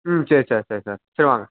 ம் சரி சார் சரி சார் சரி வாங்க